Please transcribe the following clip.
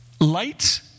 light